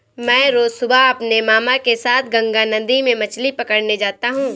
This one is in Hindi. मैं रोज सुबह अपने मामा के साथ गंगा नदी में मछली पकड़ने जाता हूं